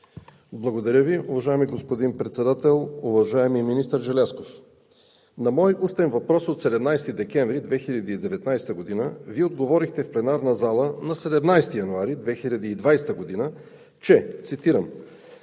Благодаря Ви. Уважаеми господин Председател! Уважаеми министър Желязков, на мой устен въпрос от 17 декември 2019 г. Вие отговорихте в пленарната зала на 17 януари 2020 г. – цитирам: